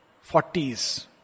forties